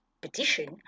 petition